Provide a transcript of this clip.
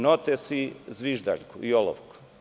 Notes, zviždaljku i olovku.